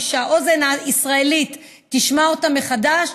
שהאוזן הישראלית תשמע אותם מחדש,